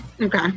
Okay